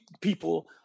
people